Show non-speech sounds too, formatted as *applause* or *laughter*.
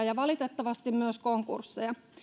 *unintelligible* ja valitettavasti myös konkursseja